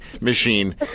machine